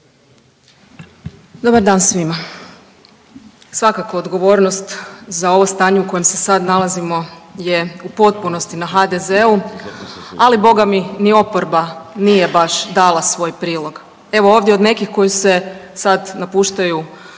Dobar dan svima. Svakako odgovornost za ovo stanje u kojem se sad nalazimo je u potpunosti na HDZ-u, ali Boga mi ni oporba nije baš dala svoj prilog. Evo ovdje od nekih koji se sad napuštaju